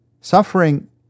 Suffering